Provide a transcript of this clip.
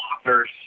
authors